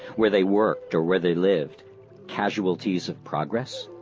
where they worked or where they lived casualties of progress?